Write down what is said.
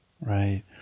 Right